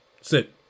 sit